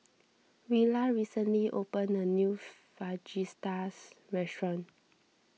Willa recently opened a new Fajitas Restaurant